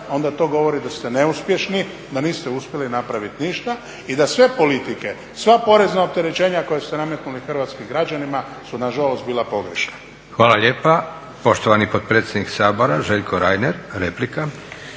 onda to govori da ste neuspješni, da niste uspjeli napraviti ništa i da sve politike, sva porezna opterećenja koja ste nametnuli hrvatskim građanima su nažalost bila pogrešna. **Leko, Josip (SDP)** Hvala lijepa. Poštovani potpredsjednik Sabora, Željko Reiner, replika.